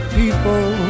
people